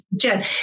Jen